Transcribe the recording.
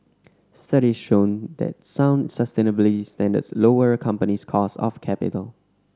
study show that sound sustainability standards lower a company's cost of capital